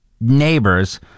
neighbors